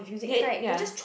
then ya